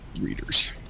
readers